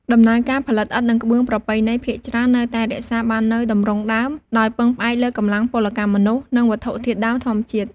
ដំណើរការផលិតឥដ្ឋ និងក្បឿងប្រពៃណីភាគច្រើននៅតែរក្សាបាននូវទម្រង់ដើម ដោយពឹងផ្អែកលើកម្លាំងពលកម្មមនុស្ស និងវត្ថុធាតុដើមធម្មជាតិ។